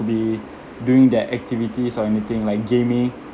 be during their activities or anything like gaming